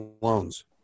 loans